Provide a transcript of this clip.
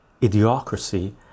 Idiocracy